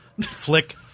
Flick